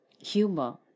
humor